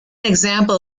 example